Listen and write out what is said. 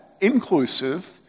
inclusive